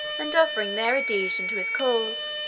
and offering their adhesion to his cause.